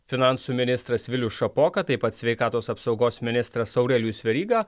finansų ministras vilius šapoka taip pat sveikatos apsaugos ministras aurelijus veryga